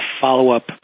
follow-up